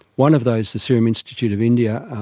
one of those, the serum institute of india,